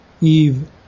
Eve